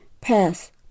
pass